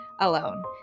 alone